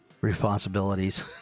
responsibilities